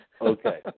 Okay